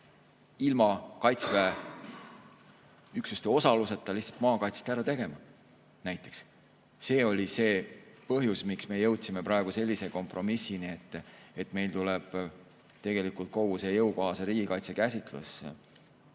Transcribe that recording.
ilma Kaitseväe üksuste osaluseta lihtsalt maakaitset ära tegema näiteks. See oli see põhjus, miks me jõudsime praegu sellise kompromissini, et meil tuleb tegelikult kogu see jõukohase riigikaitse käsitlus,